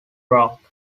brock